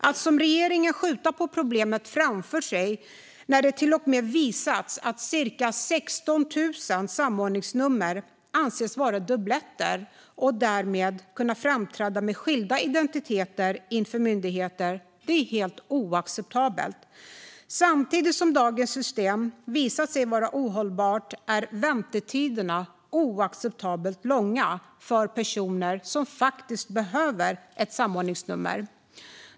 Att som regeringen skjuta problemet framför sig när det till och med visat sig att cirka 16 000 samordningsnummer anses vara dubbletter och att personer därmed kan uppträda med skilda identiteter inför myndigheter är helt oacceptabelt. Samtidigt som dagens system har visat sig vara ohållbart är väntetiderna oacceptabelt långa för personer som faktiskt behöver ett samordningsnummer.